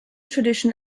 tradition